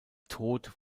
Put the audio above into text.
tod